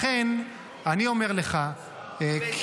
לכן אני אומר לך --- ואלה